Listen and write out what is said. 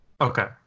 Okay